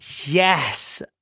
Yes